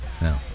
no